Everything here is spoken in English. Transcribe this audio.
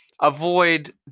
avoid